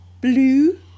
Blue